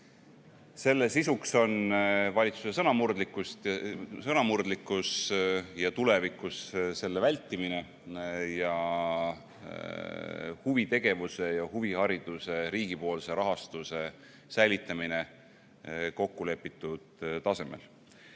Selle sisuks on valitsuse sõnamurdlikkus ja selle vältimine tulevikus ning huvitegevuse ja huvihariduse riigipoolse rahastuse säilitamine kokkulepitud tasemel.